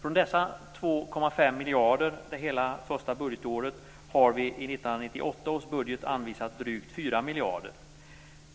Från dessa 2,5 miljarder under hela det första budgetåret har vi i 1998 års budget anvisat drygt 4 miljarder.